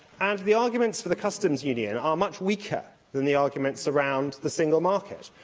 and the arguments for the customs union are much weaker than the arguments around the single market.